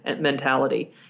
mentality